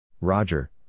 Roger